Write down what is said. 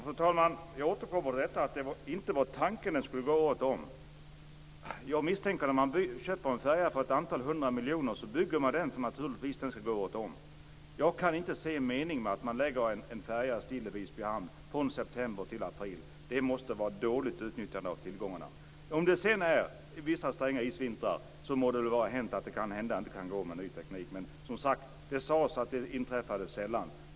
Fru talman! Jag återkommer till frågan om att tanken inte var att färjan skulle gå året om. Jag misstänker att när en färja köps för ett antal hundra miljoner, byggs den för att den skall gå året om. Jag kan inte se en mening i att låta en färja ligga stilla i hamn från september till april. Det måste vara ett dåligt utnyttjande av tillgångarna. Vissa stränga isvintrar må det väl vara hänt att färjan inte kan gå - ny teknik osv. Men det har sagts att det inträffar sällan.